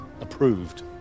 Approved